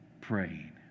praying